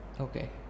Okay